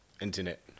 internet